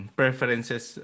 preferences